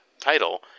title